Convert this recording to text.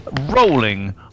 rolling